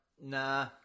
nah